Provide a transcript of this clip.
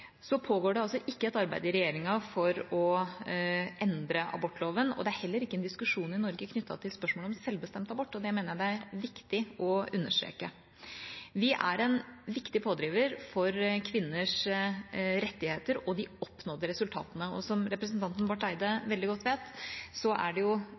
Det pågår altså ikke et arbeid i regjeringa for å endre abortloven, og det er heller ingen diskusjon i Norge knyttet til spørsmålet om selvbestemt abort. Det mener jeg det er viktig å understreke. Vi er en viktig pådriver for kvinners rettigheter og de oppnådde resultatene. Og som representanten Barth Eide veldig godt vet, er det